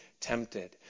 tempted